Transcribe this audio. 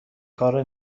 کارو